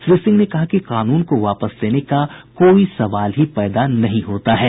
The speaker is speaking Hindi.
श्री सिंह ने कहा कि कानून को वापस लेने का कोई सवाल ही पैदा नहीं होता है